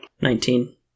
Nineteen